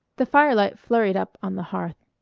the firelight flurried up on the hearth.